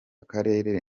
karere